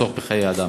כדי לחסוך בחיי אדם.